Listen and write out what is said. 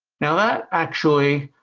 now that actually,